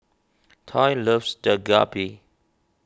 Toy loves Dak Galbi